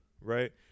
Right